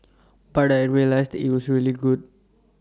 but I realised IT was really good